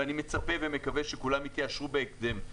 ואני מצפה ומקווה שכולם יתיישרו בהתאם.